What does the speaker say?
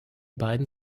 beiden